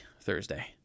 Thursday